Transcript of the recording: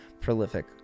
prolific